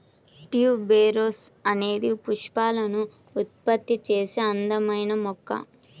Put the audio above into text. tuberose అనేది పుష్పాలను ఉత్పత్తి చేసే అందమైన మొక్క